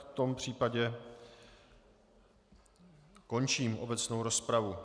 V tom případě končím obecnou rozpravu.